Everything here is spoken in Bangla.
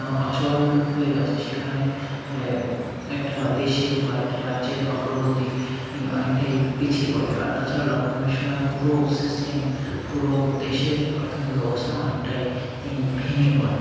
অচল হয়ে গেছে সেখানে একটা দেশের বা একটা রাজ্যের অগ্রগতি ই অনেকটাই পিছিয়ে পড়ে আর তাছাড়া লকডাউনের সময় পুরো সিস্টেম পুরো দেশের অর্থনৈতিক অবস্থা অনেকটাই ই ভেঙে পড়ে